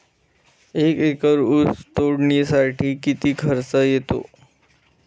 एक एकर ऊस तोडणीसाठी किती खर्च येतो?